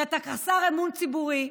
שאתה חסר אמון ציבורי,